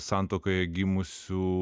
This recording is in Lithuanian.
santuokoje gimusių